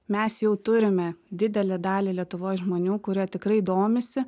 mes jau turime didelę dalį lietuvos žmonių kurie tikrai domisi